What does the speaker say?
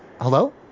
Hello